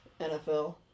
NFL